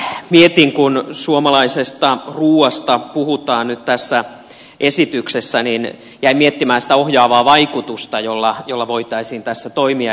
jäin tuossa miettimään kun suomalaisesta ruuasta puhutaan nyt tässä esityksessä sitä ohjaavaa vaikutusta jolla voitaisiin tässä toimia